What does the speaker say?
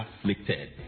afflicted